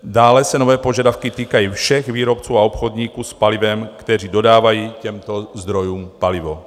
Dále se nové požadavky týkají všech výrobců a obchodníků s palivem, kteří dodávají těmto zdrojům palivo.